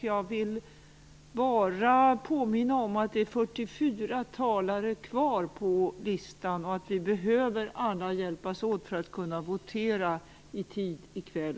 Jag vill bara påminna om att det är 44 talare kvar på talarlistan. Vi behöver alla hjälpas åt för att kunna votera i tid i kväll.